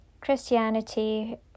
Christianity